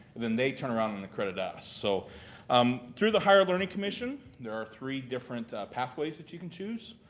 then they turn around and accredit us. so um through the higher learning commission, there are three different pathways that you can choose.